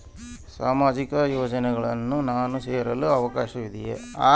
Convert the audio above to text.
ಸಾಮಾಜಿಕ ಯೋಜನೆಯನ್ನು ನಾನು ಸೇರಲು ಅವಕಾಶವಿದೆಯಾ?